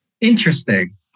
Interesting